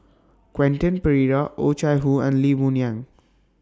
Quentin Pereira Oh Chai Hoo and Lee Boon Yang